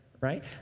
right